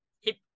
hip